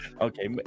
okay